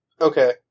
Okay